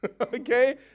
Okay